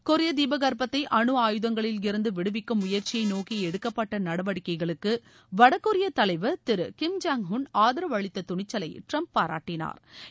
கொரிய தீபகற்பத்தை அனு ஆயுதங்களில் இருந்து விடுவிக்கும் முயற்சியை நோக்கி எடுக்கப்பட்ட நடவடிக்கைகளுக்கு வடகொரிய தலைவர் திரு கிம் ஜாய் உள் ஆதரவு அளித்த துணிச்சலை டிரம்ப் பாராட்டினா்